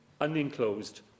unenclosed